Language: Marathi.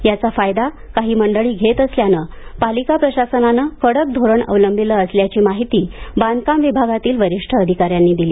याचा फायदा काही मंडळी घेत असल्यानं पालिका प्रशासनानं कडक धोरण अवलंबिलं असल्याची माहिती बांधकाम विभागातील वरिष्ठ अधिकाऱ्यांनी दिली